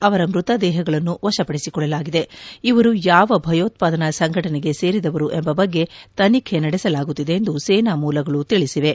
ಅವರ ಮೃತದೇಹಗಳನ್ನು ವಶಪಡಿಸಿಕೊಳ್ಳಲಾಗಿದೆ ಇವರು ಯಾವ ಭಯೋತ್ವಾದನಾ ಸಂಘಟನೆಗೆ ಸೇರಿದವರು ಎಂಬ ಬಗ್ಗೆ ತನಿಖೆ ನಡೆಸಲಾಗುತ್ತಿದೆ ಎಂದು ಸೇನಾ ಮೂಲಗಳು ತಿಳಿಸಿವೆ